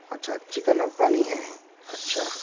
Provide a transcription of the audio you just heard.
اچھا chicken Afghani ہے اچھا